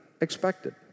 expected